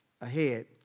ahead